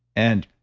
and